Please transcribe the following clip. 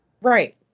Right